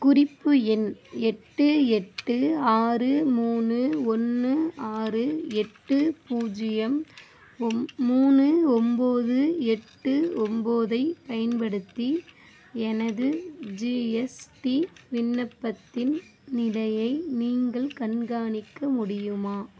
குறிப்பு எண் எட்டு எட்டு ஆறு மூணு ஒன்று ஆறு எட்டு பூஜ்ஜியம் ஒம் மூணு ஒம்போது எட்டு ஒம்போது ஐப் பயன்படுத்தி எனது ஜிஎஸ்டி விண்ணப்பத்தின் நிலையை நீங்கள் கண்காணிக்க முடியுமா